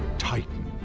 titan.